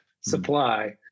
supply